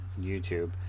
YouTube